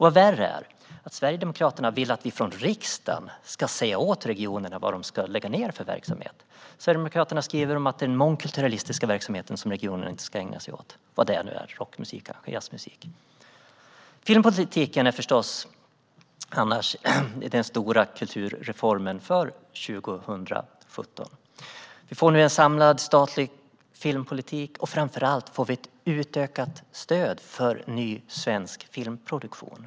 Vad värre är: Sverigedemokraterna vill att vi från riksdagen ska säga åt regionerna vad de ska lägga ned för verksamhet. Sverigedemokraterna skriver att regionerna inte ska ägna sig åt mångkulturalistisk verksamhet, vad det nu är - rockmusik och jazzmusik kanske. Filmpolitiken är förstås annars den stora kulturreformen för 2017. Vi får nu en samlad statlig filmpolitik, och framför allt får vi ett utökat stöd för ny svensk filmproduktion.